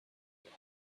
will